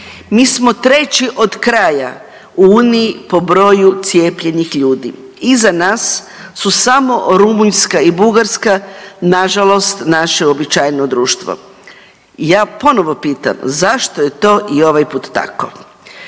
Mi smo treći od kraja u Uniji po broju cijepljenih ljudi. Iza nas su samo Rumunjska i Bugarska, nažalost naše uobičajeno društvo. Ja ponovo pitam, zašto je to i ovaj put tako?